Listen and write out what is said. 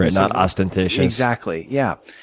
not ostentatious. exactly, yeah.